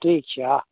ઠીક છે હા